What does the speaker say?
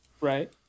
Right